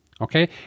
okay